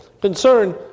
Concern